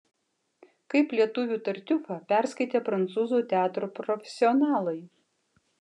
kaip lietuvių tartiufą perskaitė prancūzų teatro profesionalai